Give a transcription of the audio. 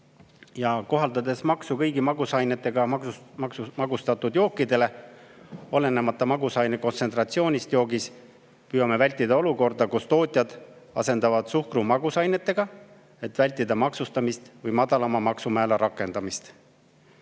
Kohaldades maksu kõigile magusainega magustatud jookidele, olenemata magusaine kontsentratsioonist joogis, püüame vältida olukorda, kus tootjad asendaksid suhkru magusainega, et vältida maksustamist või [soovides] madalama maksumäära rakendamist.